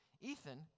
Ethan